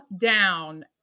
down